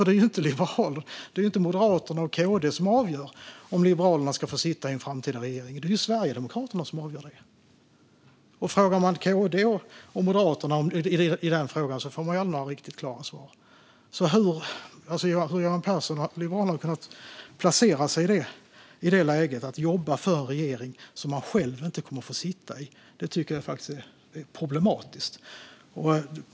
Det är ju inte Moderaterna och KD som avgör om Liberalerna ska få sitta i en framtida regering; det är Sverigedemokraterna som avgör det. Frågar man KD och Moderaterna om den saken får man aldrig några riktigt klara svar. Att Johan Pehrson och Liberalerna har placerat sig i läget att jobba för en regering som de själva inte kommer att få sitta i, det tycker jag faktiskt är problematiskt.